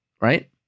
Right